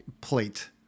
plate